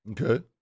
Okay